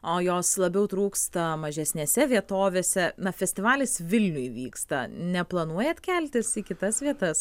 o jos labiau trūksta mažesnėse vietovėse na festivalis vilniuj vyksta neplanuojat keltis į kitas vietas